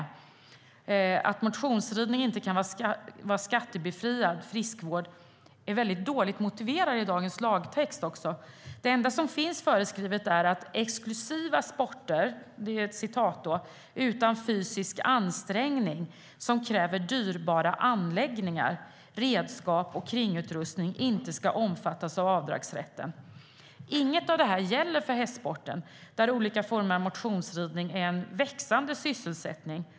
Inget av detta gäller för hästsporten, där olika former av motionsridning är en ökande sysselsättning.